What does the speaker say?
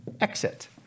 exit